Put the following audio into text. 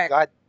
God